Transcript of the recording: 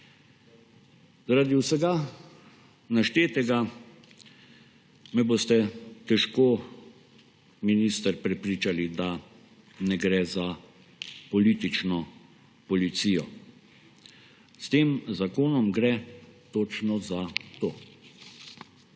Zaradi vsega naštetega me boste težko, minister, prepričali, da ne gre za politično policijo. S tem zakonom gre točno za to.